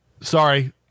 sorry